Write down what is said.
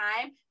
time